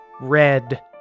red